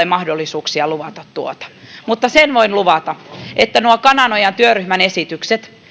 mahdollisuuksia luvata tuota mutta sen voin luvata että nuo kananojan työryhmän esitykset